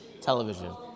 television